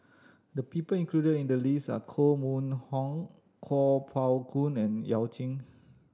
the people included in the list are Koh Mun Hong Kuo Pao Kun and Yao Zi